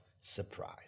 surprise